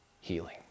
healing